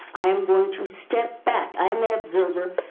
i am going to step back. i am an observer,